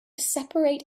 separate